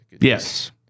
Yes